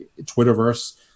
Twitterverse